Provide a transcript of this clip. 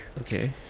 Okay